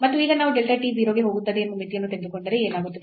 ಮತ್ತು ಈಗ ನಾವು delta t 0 ಗೆ ಹೋಗುತ್ತದೆ ಎಂಬ ಮಿತಿಯನ್ನು ತೆಗೆದುಕೊಂಡರೆ ಏನಾಗುತ್ತದೆ